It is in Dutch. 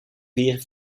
vier